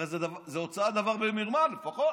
הרי זה הוצאת דבר במרמה לפחות